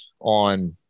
on